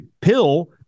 pill